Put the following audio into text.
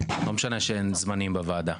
לא משנה שאין זמנים בוועדה.